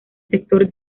sector